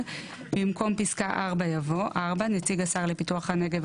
במקום פסקה (4) יבוא: "(4) נציג השר לפיתוח הנגב,